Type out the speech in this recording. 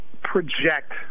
project